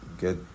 get